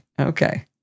okay